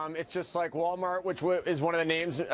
um it just like walmart, which which is one of the names,